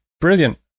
brilliant